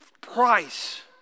price